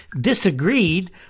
disagreed